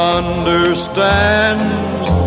understands